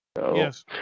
Yes